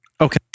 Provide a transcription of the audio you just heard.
Okay